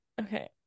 Okay